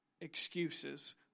excuses